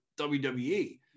wwe